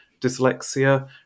dyslexia